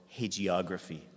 hagiography